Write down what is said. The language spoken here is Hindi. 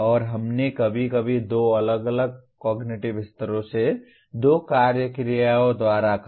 और हमने कभी कभी दो अलग अलग कॉग्निटिव स्तरों से दो कार्य क्रियाओं द्वारा कहा